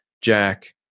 Jack